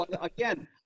again